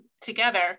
together